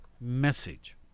message